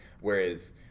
Whereas